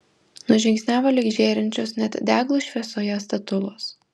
nužingsniavo link žėrinčios net deglų šviesoje statulos